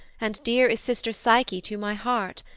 and dear is sister psyche to my heart,